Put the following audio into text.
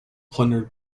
plundered